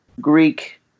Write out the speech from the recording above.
Greek